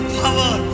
power